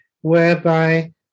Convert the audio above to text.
whereby